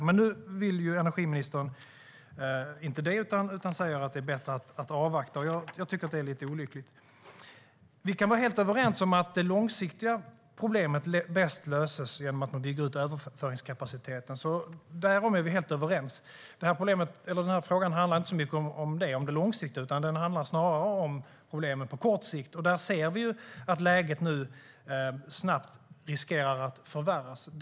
Men energiministern vill inte det utan säger att det är bättre att avvakta. Jag tycker att det är lite olyckligt. Vi kan vara helt överens om att det långsiktiga problemet löses bäst genom att man bygger ut överföringskapaciteten; därom är vi helt överens. Frågan handlar inte så mycket om det, om det långsiktiga, utan snarare om problemen på kort sikt. Där ser vi att läget snabbt riskerar att förvärras.